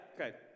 Okay